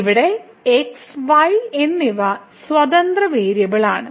ഇവിടെ x y എന്നിവ സ്വതന്ത്ര വേരിയബിളാണ്